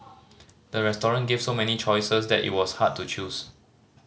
the restaurant gave so many choices that it was hard to choose